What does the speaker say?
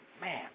man